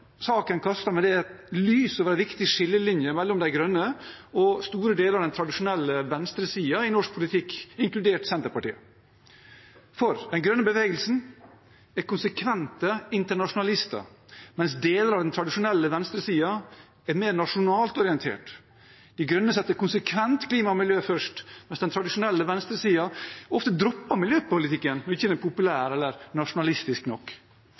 Saken kaster med det lys over en viktig skillelinje mellom De Grønne og store deler av den tradisjonelle venstresiden i norsk politikk, inkludert Senterpartiet, for den grønne bevegelsen er konsekvente internasjonalister, mens deler av den tradisjonelle venstresiden er mer nasjonalt orientert. De Grønne setter konsekvent klima og miljø først, mens den tradisjonelle venstresiden ofte dropper miljøpolitikken om den ikke er populær eller nasjonalistisk nok.